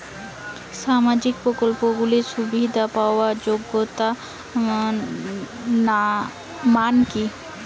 সামাজিক প্রকল্পগুলি সুবিধা পাওয়ার যোগ্যতা মান কি?